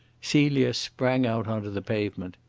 celia sprang out on to the pavement.